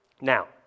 Now